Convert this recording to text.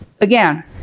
again